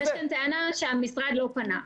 יש כאן טענה שהמשרד לא פנה.